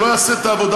שלא יעשה את העבודה